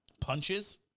Punches